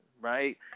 right